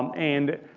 um and